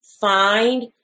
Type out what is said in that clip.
find